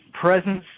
presence